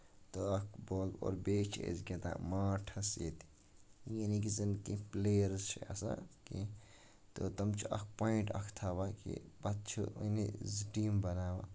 تہٕ اکھ بال اور بیٚیہِ چھِ أسۍ گِندان ماٹھس ییٚتہِ یعنے کہِ زَن کانہہ پٔلییرٕس چھِ ییٚتہِ چھِ آسان کیٚنٛہہ تہٕ تٔمۍ چھِ اکھ پویِنٹ اکھ تھاوان کہِ پَتہٕ چھُ یعنے زٕ ٹیٖم بَناوان